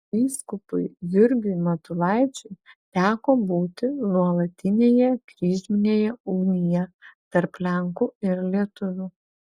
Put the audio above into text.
vyskupui jurgiui matulaičiui teko būti nuolatinėje kryžminėje ugnyje tarp lenkų ir lietuvių